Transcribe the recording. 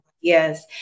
Yes